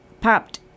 popped